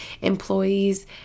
Employees